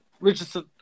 Richardson